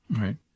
Right